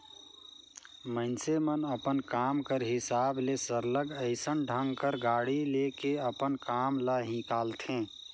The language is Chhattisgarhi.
मइनसे मन अपन काम कर हिसाब ले सरलग अइसन ढंग कर गाड़ी ले के अपन काम ल हिंकालथें